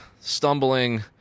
stumbling